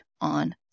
on